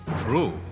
True